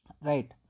right